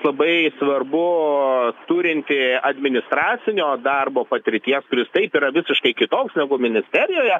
labai svarbu turinti administracinio darbo patirties kuris taip yra visiškai kitoks negu ministerijoje